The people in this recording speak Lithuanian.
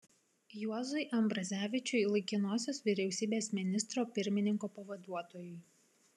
juozui ambrazevičiui laikinosios vyriausybės ministro pirmininko pavaduotojui